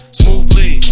smoothly